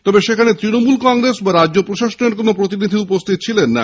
তবে সেখানে তৃণমূল কংগ্রেস বা প্রশাসনের কোন প্রতিনিধি উপস্হিত ছিলেন না